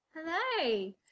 Hello